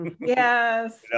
Yes